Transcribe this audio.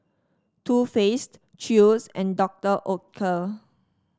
Too Faced Chew's and Doctor Oetker